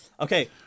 Okay